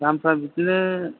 दामफ्रा बिदिनो